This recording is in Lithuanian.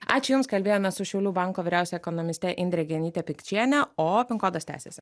ačiū jums kalbėjome su šiaulių banko vyriausiaja ekonomiste indre genyte pikčiene o pin kodas tęsiasi